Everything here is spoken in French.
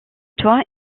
toit